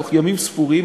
בתוך ימים ספורים,